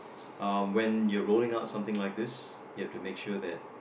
um when you rolling out something like this you have to make sure that